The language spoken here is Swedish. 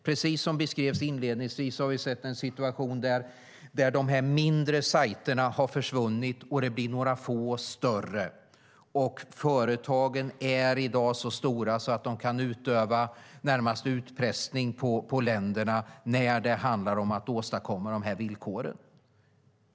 Precis som beskrevs inledningsvis har vi sett en situation där de mindre sajterna har försvunnit, och det blir några få större. Företagen är i dag så stora att de i det närmaste kan utöva utpressning på länderna när det handlar om att åstadkomma de här villkoren.